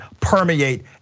permeate